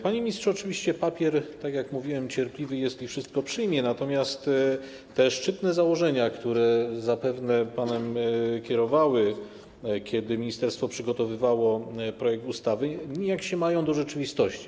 Panie ministrze, oczywiście papier, tak jak mówiłem, cierpliwy jest i wszystko przyjmie, natomiast te szczytne założenia, które zapewne panem kierowały, kiedy ministerstwo przygotowywało projekt ustawy, nijak się mają do rzeczywistości.